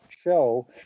show